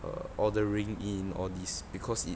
err ordering in all this because it